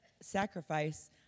sacrifice